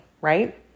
right